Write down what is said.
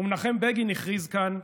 ומנחם בגין הכריז כאן: